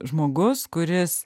žmogus kuris